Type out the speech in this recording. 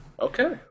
Okay